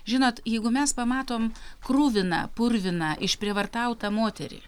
žinot jeigu mes pamatom kruviną purviną išprievartautą moterį